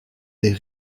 des